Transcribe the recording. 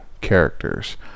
characters